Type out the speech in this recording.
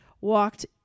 walked